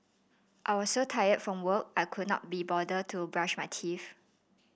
I was so tired from work I could not be bother to brush my teeth